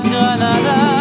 Granada